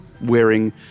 wearing